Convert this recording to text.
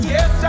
Yes